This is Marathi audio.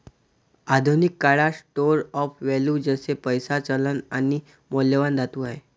आधुनिक काळात स्टोर ऑफ वैल्यू जसे पैसा, चलन आणि मौल्यवान धातू आहे